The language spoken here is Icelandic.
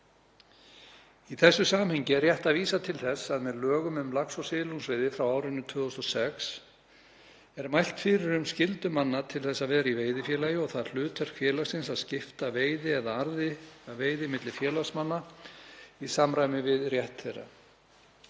Í þessu samhengi er rétt að vísa til þess að með lögum um lax- og silungsveiði frá árinu 2006 er mælt fyrir um skyldu manna til að vera í veiðifélagi og það hlutverk félagsins að skipta veiði eða arði af veiði milli félagsmanna í samræmi við rétt þeirra.